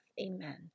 Amen